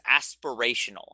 aspirational